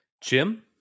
Jim